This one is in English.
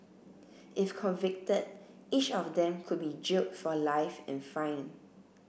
if convicted each of them could be jailed for life and fine